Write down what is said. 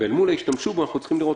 אל מול זה אנחנו צריכים לראות,